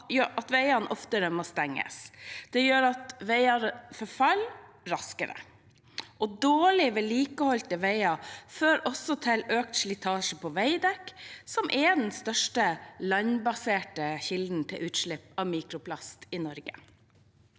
Det gjør at veier forfaller raskere. Dårlig vedlikeholdte veier fører også til økt slitasje på veidekket, som er den største landbaserte kilden til utslipp av mikroplast i Norge.